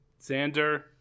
Xander